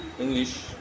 English